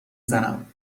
زنم